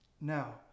Now